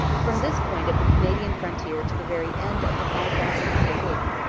from this point of the canadian frontier to the very end of the five-thousand-mile loop,